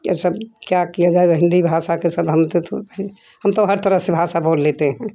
सब क्या किया जाए हिन्दी भाषा के सब हम थे तो सब हम तो हर तरह से भाषा बोल लेते हैं